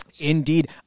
Indeed